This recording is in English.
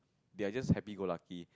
they are just happy go lucky